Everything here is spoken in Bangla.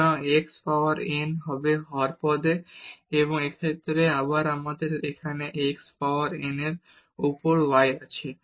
সুতরাং এই x পাওয়ার n হবে হর পদে এবং এই ক্ষেত্রে আবার আমাদের এখানে x পাওয়ার n এর উপর y আছে